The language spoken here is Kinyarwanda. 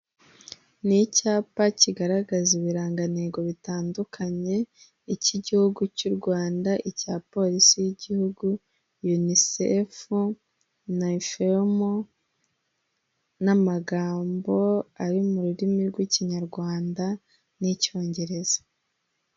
Ni icyapa kigaragaza ibirangantego bitandukanye icy'igihugu cy'u Rwanda, icya Polisi y'igihugu, Yunisefu Nayefemo n'amagambo ari mu rurimi rw'Ikinyarwanda n'Icyongereza.